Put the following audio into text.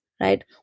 right